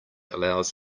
allows